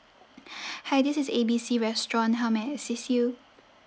hi this is A B C restaurant how may I assist you